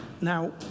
Now